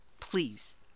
Please